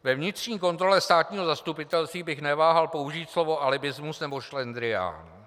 Ve vnitřní kontrole státního zastupitelství bych neváhal použít slovo alibismus nebo šlendrián.